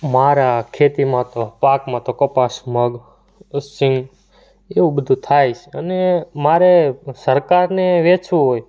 મારા ખેતીમાં તો પાકમાં તો કપાસ મગ અસી એવું બધું થાય છે અને મારે સરકારને વેચવું હોય